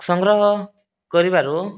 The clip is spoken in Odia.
ସଂଗ୍ରହ କରିବାରୁ